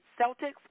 Celtics